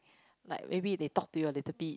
like maybe they talk to you a little bit